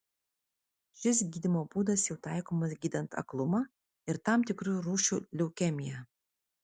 šis gydymo būdas jau taikomas gydant aklumą ir tam tikrų rūšių leukemiją